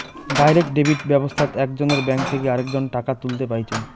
direct debit ব্যাবস্থাত একজনের bank থেকে আরেকজন টাকা তুলতে পাইচুঙ